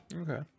Okay